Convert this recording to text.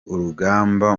urugamba